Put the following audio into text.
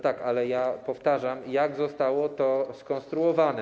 Tak, ale powtarzam, jak zostało to skonstruowane.